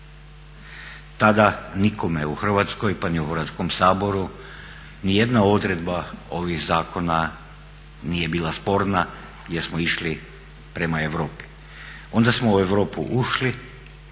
Tada nikome u Hrvatskoj pa ni u Hrvatskom saboru ni jedna odredba ovih zakona nije bila sporna jer smo išli prema Europi. Onda smo u Europu ušli